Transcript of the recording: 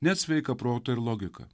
net sveiką protą ir logiką